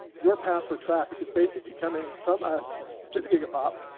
your path for traffic is basically coming from us to the gigapop,